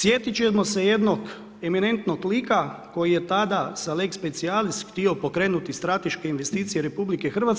Sjetiti ćemo se jednog eminentnog lika, koji je tada sa lex spcijalis htio pokrenuti strateške investicije RH,